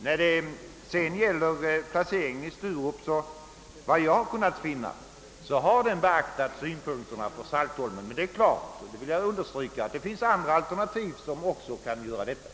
Vad beträffar placeringen i Sturup har, efter vad jag kunnat finna, synpunkterna på Saltholm beaktats. Givetvis kan det dock — det vill jag understryka — finnas andra alternativ om vilket detta också gäller.